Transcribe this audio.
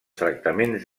tractaments